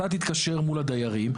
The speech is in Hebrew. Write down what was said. אתה תתקשר מול הדיירים,